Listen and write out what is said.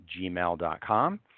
gmail.com